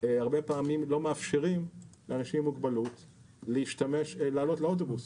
הרבה פעמים לא מאפשרים לאנשים עם מוגבלות לעלות לאוטובוס